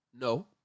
No